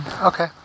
Okay